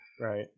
Right